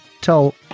tell